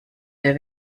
der